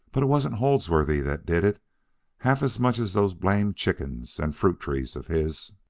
but it wasn't holdsworthy that did it half as much as those blamed chickens and fruit-trees of his.